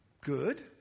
good